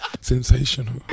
sensational